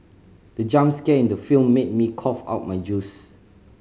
the jump scare in the film made me cough out my juice